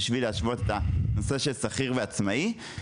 בשביל להשוות את הנושא של שכיר ועצמאי.